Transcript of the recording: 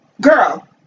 girl